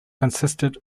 consisted